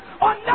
on